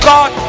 God